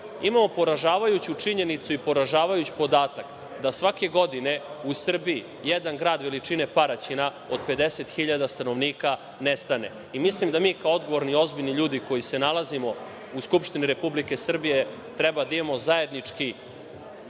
mestu. Imamo poražavajuću činjenicu i poražavajući podatak da svake godine u Srbiji jedan grad veličine Paraćina, od 50.000 stanovnika, nestane. Mislim da mi kao odgovorni i ozbiljni ljudi koji se nalazimo u Skupštini Republike Srbije treba da imamo zajednički